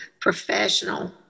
professional